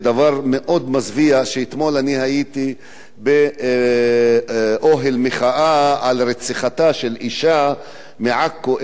דבר מאוד מזוויע: אתמול אני הייתי באוהל מחאה על רציחתה של אשה מעכו,